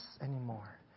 anymore